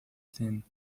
team